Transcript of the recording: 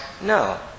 No